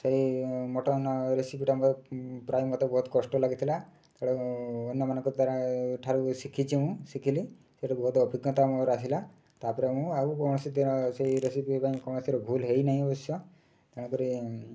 ସେଇ ମଟନ୍ ରେସିପିଟା ମୋର ପ୍ରାୟ ମତେ ବହୁତ କଷ୍ଟ ଲାଗିଥିଲା ତେଣୁ ଅନ୍ୟମାନଙ୍କ ତାର ଏଠାରୁ ଶିଖିଛି ମୁଁ ଶିଖିଲି ସେଇଠୁ ବହୁତ ଅଭିଜ୍ଞତା ମୋର ଆସିଲା ତା'ପରେ ମୁଁ ଆଉ କୌଣସି ସେଇ ରେସିପି ପାଇଁ କୌଣସି ର ଭୁଲ୍ ହୋଇନାହିଁ ଅବଶ୍ୟ ତେଣୁକରି